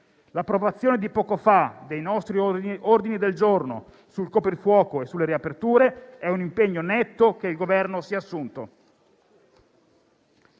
L'approvazione di poco fa dei nostri ordini del giorno sul coprifuoco e sulle riaperture è un impegno netto che il Governo si è assunto.